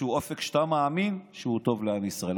לאיזשהו אופק שאתה מאמין שהוא טוב לעם ישראל.